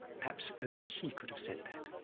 perhaps only he could said that.